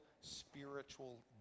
spiritual